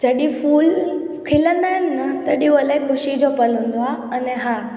जॾहिं फूल खिलंदा आहिनि न तॾहिं उहो इलाही ख़ुशी जो पल हूंदो आहे अने हा